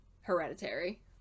hereditary